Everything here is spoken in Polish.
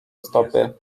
stopy